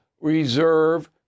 reserve